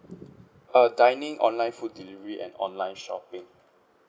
uh dining online food delivery and online shopping